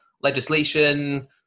legislation